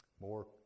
more